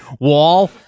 wall